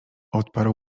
odparł